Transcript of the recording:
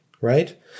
Right